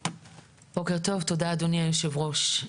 בוקר טוב, תודה אדוני היושב ראש.